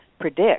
predict